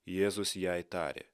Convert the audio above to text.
jėzus jai tarė